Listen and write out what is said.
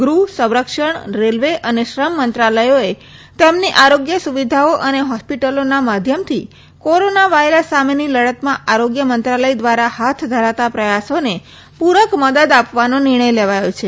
ગૃહ સંરક્ષણ રેલવે અને શ્રમ મંત્રાલયોએ તેમની આરોગ્ય સુવિધાઓ અને હોસ્પિટલોના માધ્યમથી કોરોના વાયરસ સામેની લડતમાં આરોગ્ય મંત્રાલય દ્વારા હાથ ધરાતા પ્રયાસોને પુરક મદદ આપવાનો નિર્ણય લેવાયો છે